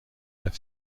left